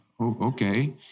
okay